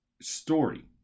Story